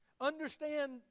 Understand